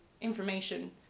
information